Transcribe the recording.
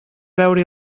veure